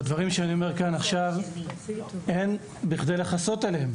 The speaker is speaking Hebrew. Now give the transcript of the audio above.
בדברים שאני אומר כאן עכשיו אין בכדי לכסות עליהם.